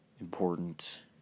important